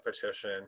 petition